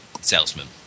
salesman